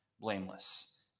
blameless